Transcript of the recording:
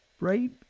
Right